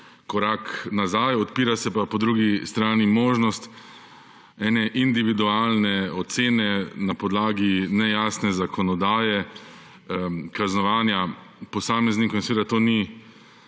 korak nazaj. Odpira se pa po drugi strani možnost ene individualne ocene na podlagi nejasne zakonodaje kaznovanja posameznikov. Seveda to ni